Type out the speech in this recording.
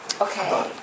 okay